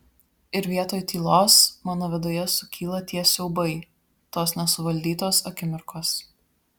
ir vietoj tylos mano viduje sukyla tie siaubai tos nesuvaldytos akimirkos